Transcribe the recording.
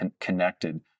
connected